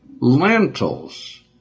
lentils